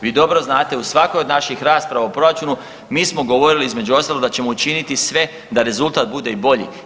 Vi dobro znate u svakoj od naših rasprava o proračunu mi smo govorili između ostalog da ćemo učiniti sve da rezultat bude i bolji.